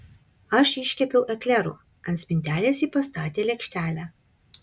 aš iškepiau eklerų ant spintelės ji pastatė lėkštelę